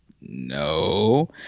No